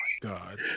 God